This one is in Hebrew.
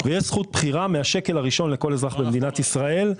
ויש זכות בחירה מהשקל הראשון לכל אזרח במדינת ישראל.